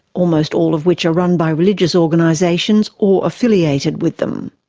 almost all of which are run by religious organisations or affiliated with them.